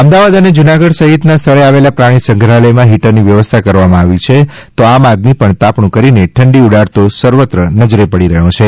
અમદાવાદ અને જુનાગઢ સહિત ના સ્થળે આવેલા પ્રાણી સંગ્રહાલયમાં હિટરની વ્યવસ્થા કરવામાં આવી છે તો આમ આદમી પણ તાપણું કરીને ઠંડી ઉડાડતો સર્વત્ર નજરે પડે છે